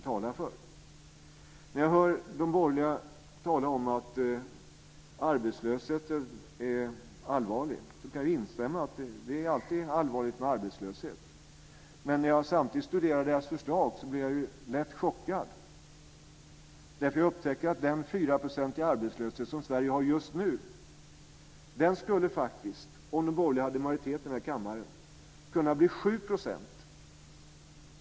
När jag hör de borgerliga tala om att arbetslösheten är allvarlig kan jag instämma i att det alltid är allvarligt med arbetslöshet. Men när jag studerar deras förslag blir jag lätt chockad. Den arbetslöshet på 4 % som Sverige har just nu skulle, om de borgerliga hade majoritet i kammaren, kunna bli 7 %.